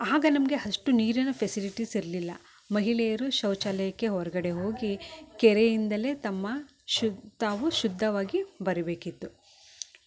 ಆಗ ನಮಗೆ ಅಷ್ಟು ನೀರಿನ ಫೆಸಿಲಿಟೀಸ್ ಇರಲಿಲ್ಲ ಮಹಿಳೆಯರು ಶೌಚಾಲಯಕ್ಕೆ ಹೊರಗಡೆ ಹೋಗಿ ಕೆರೆಯಿಂದಲೇ ತಮ್ಮ ಶು ತಾವು ಶುದ್ಧವಾಗಿ ಬರಬೇಕಿತ್ತು